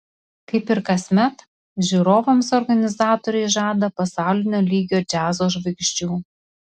kaip ir kasmet žiūrovams organizatoriai žada pasaulinio lygio džiazo žvaigždžių